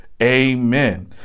amen